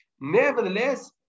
Nevertheless